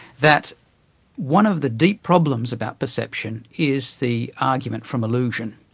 that one of the deep problems about perception is the argument from illusion,